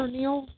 Neil